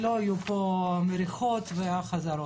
לא יהיו פה מריחות וחזרות.